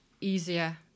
easier